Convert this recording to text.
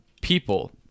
people